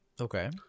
Okay